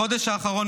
בחודש האחרון,